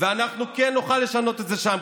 ואנחנו כן נוכל לשנות את זה שם,